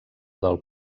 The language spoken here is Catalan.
del